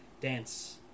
dance